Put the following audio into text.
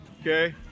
okay